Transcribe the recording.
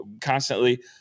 constantly